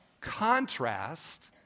contrast